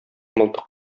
мылтык